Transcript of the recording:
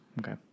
Okay